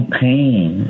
pain